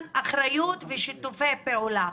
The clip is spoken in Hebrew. אחריות ושיתופי פעולה.